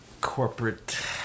corporate